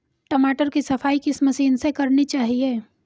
टमाटर की सफाई किस मशीन से करनी चाहिए?